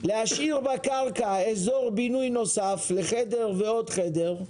להשאיר בקרקע אזור בינוי נוסף לחדר ועוד חדר,